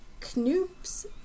knoops